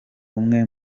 umwe